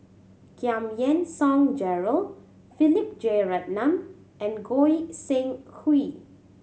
Giam Yean Song Gerald Philip Jeyaretnam and Goi Seng Hui